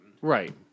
Right